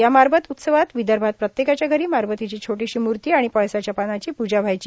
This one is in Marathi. या मारबत उत्सवात विदर्भात प्रत्येकाच्या घरी मारबतीची छोटीशी म्रर्ती आणि पळसाच्या पानाची प्रजा व्हायची